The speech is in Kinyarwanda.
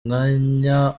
mwanya